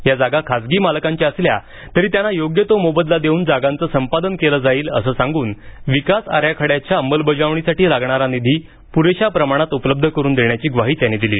या जागा खासगी मालकांच्या असल्या तरी त्यांना योग्य तो मोबदला देऊन जागांचं संपादन केलं जाईल असं सांग्रन विकास आराखड्याच्या अंमलबजावणीसाठी लागणार निधी पुरेशा प्रमाणात उपलब्ध करून देण्याची ग्वाही त्यांनी दिली